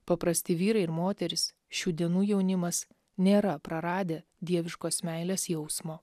paprasti vyrai ir moterys šių dienų jaunimas nėra praradę dieviškos meilės jausmo